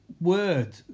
word